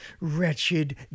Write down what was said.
wretched